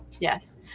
yes